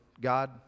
God